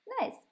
nice